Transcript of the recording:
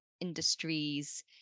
industries